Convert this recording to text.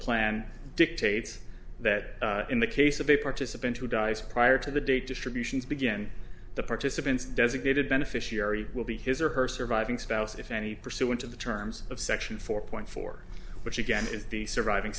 plan dictates that in the case of a participant who dies prior to the date distributions begin the participants designated beneficiary will be his or her surviving spouse if any pursuant to the terms of section four point four which again is the surviving